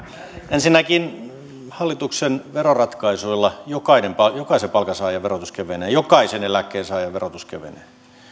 ensinnäkin hallituksen veroratkaisuilla jokaisen jokaisen palkansaajan verotus kevenee jokaisen eläkkeensaajan verotus kevenee